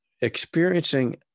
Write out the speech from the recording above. experiencing